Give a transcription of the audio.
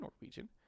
Norwegian